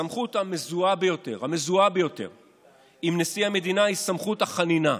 הסמכות המזוהה ביותר עם נשיא המדינה היא סמכות החנינה.